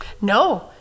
No